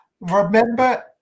remember